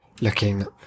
looking